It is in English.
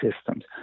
systems